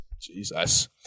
Jesus